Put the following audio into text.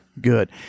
good